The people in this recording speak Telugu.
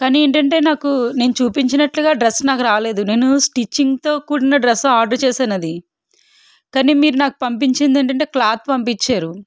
కానీ ఏంటంటే నాకు నేను చూపించినట్లుగా డ్రస్ నాకు రాలేదు నేను స్టిచ్చింగ్తో కూడిన డ్రస్సు ఆర్డర్ చేసానది కానీ మీరు నాకు పంపించిందేంటంటే క్లాత్ పంపిచ్చారు